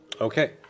Okay